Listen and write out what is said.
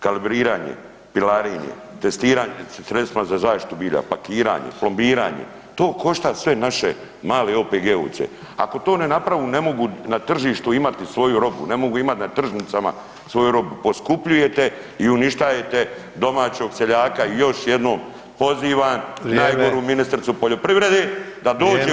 Kalibriranje, pilarenje, testiranje, sredstva za zaštitu bilja, pakiranje, flombiranje, to košta sve naše male OPG-ovce, ako to ne naprave ne mogu na tržištu imati svoju robu, ne mogu imati na tržnicama svoju robu, poskupljujete i uništajete domaćeg seljaka i još jednom pozivam [[Upadica: Vrijeme.]] najgoru ministricu poljoprivrede [[Upadica: Vrijeme.]] dođe u Sabor